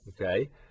okay